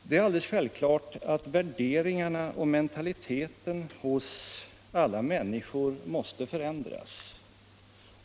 Det är alldeles självklart att värderingarna och mentaliteten hos alla människor måste förändras.